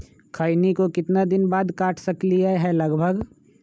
खैनी को कितना दिन बाद काट सकलिये है लगभग?